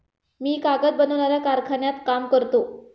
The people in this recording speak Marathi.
मी कागद बनवणाऱ्या कारखान्यात काम करतो